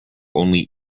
only